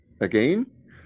again